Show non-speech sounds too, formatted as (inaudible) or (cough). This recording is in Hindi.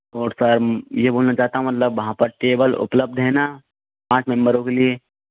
(unintelligible) ये बोलना चाहता हूँ मतलब वहाँ पर टेबल उपलब्ध है ना पाँच मेंबरों के लिए